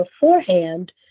beforehand